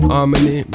Harmony